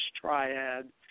triad